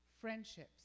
friendships